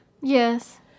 Yes